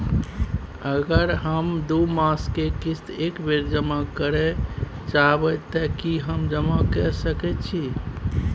अगर हम दू मास के किस्त एक बेर जमा करे चाहबे तय की हम जमा कय सके छि?